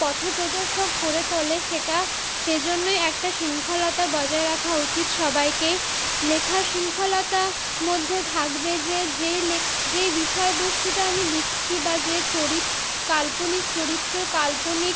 পথ প্রদর্শক করে তোলে সেটা সেজন্যই একটা শৃঙ্খলতা বজায় রাখা উচিত সবাইকে লেখার শৃঙ্খলতা মধ্যে থাকবে যে যেই লেখ্ যেই বিষয়বস্তুটা আমি লিখছি বা যে চরিত স্ কাল্পনিক চরিত্র কাল্পনিক